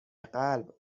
قلب